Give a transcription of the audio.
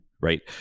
right